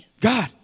God